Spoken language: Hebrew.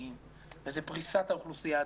הייחודיים וזו פריסת האוכלוסייה הדתית,